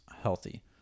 healthy